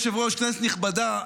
אדוני היושב-ראש, כנסת נכבדה,